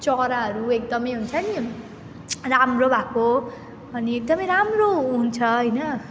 चराहरू एकदमै हुन्छ नि राम्रो भएको अनि एकदमै राम्रो हुन्छ होइन